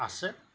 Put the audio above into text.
আছে